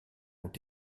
ont